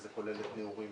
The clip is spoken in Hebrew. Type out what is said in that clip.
וזה כולל את נעורים,